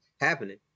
happening